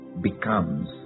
becomes